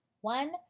One